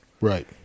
right